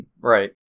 right